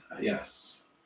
Yes